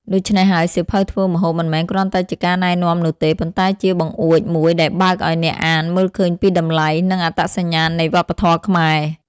ដូច្នេះហើយ សៀវភៅធ្វើម្ហូបមិនមែនគ្រាន់តែជាការណែនាំនោះទេ ប៉ុន្តែជាបង្អួចមួយដែលបើកឲ្យអ្នកអានមើលឃើញពីតម្លៃ និងអត្តសញ្ញាណនៃវប្បធម៌ខ្មែរ។